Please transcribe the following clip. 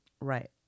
Right